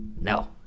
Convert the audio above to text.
no